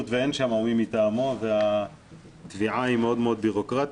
ואין שם מי מטעמו והתביעה היא מאוד מאוד בירוקרטית.